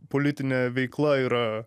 politinė veikla yra